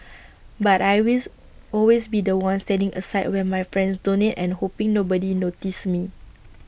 but I with always be The One standing aside when my friends donate and hoping nobody notices me